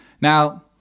Now